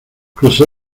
cruzó